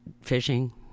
fishing